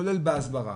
כולל בהסברה,